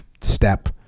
step